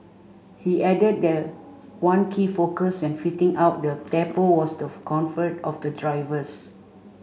he added that one key focus when fitting out the depot was the comfort of the drivers